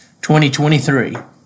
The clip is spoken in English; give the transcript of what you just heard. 2023